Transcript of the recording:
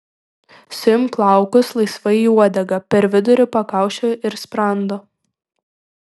suimk plaukus laisvai į uodegą per vidurį pakaušio ir sprando